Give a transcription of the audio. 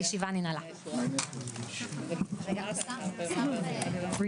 הישיבה ננעלה בשעה 16:16.